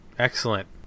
Excellent